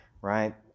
right